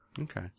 Okay